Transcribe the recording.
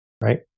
right